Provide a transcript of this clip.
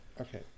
Okay